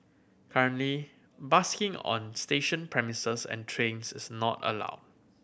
currently busking on station premises and trains is not allow